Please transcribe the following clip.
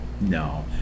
No